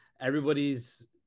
everybody's